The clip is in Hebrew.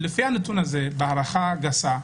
בהערכה גסה,